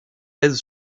pèsent